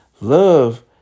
love